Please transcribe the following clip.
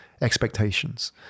expectations